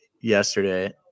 yesterday